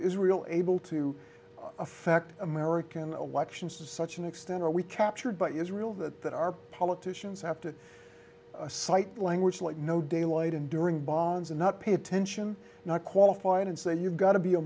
israel able to affect american elections to such an extent are we captured by israel that that our politicians have to cite language like no daylight and during bonds and not pay attention not qualify it and say you've got to be a